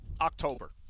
October